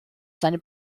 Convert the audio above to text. seine